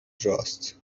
راست